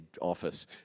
office